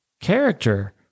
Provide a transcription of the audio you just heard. character